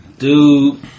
Dude